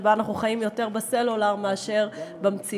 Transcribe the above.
שבה אנחנו חיים יותר בסלולר מאשר במציאות.